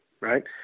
right